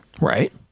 Right